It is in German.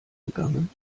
gegangen